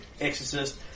exorcist